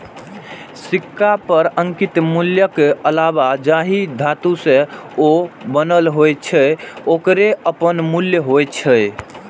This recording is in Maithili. सिक्का पर अंकित मूल्यक अलावे जाहि धातु सं ओ बनल होइ छै, ओकरो अपन मूल्य होइ छै